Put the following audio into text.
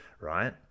right